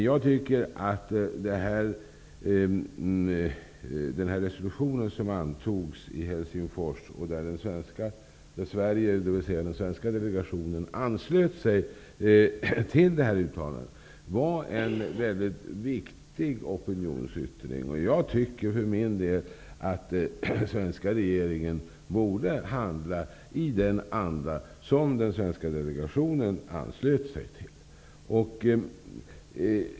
Jag tycker att den resolution som antogs i Helsingfors var en mycket viktig opinionsyttring. Den svenska delegationen anslöt sig till det här uttalandet. Jag tycker för min del att den svenska regeringen borde handla i den anda som den svenska delegationen anslöt sig till.